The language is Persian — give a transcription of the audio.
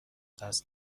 دست